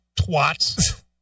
twats